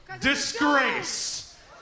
disgrace